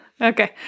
Okay